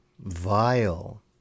vile